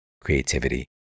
creativity